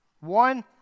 One